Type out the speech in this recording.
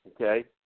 okay